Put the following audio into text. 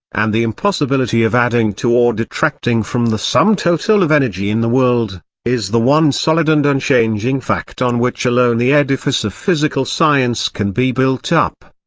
and the impossibility of adding to or detracting from the sum-total of energy in the world, is the one solid and unchanging fact on which alone the edifice of physical science can be built up.